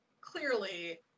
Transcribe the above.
clearly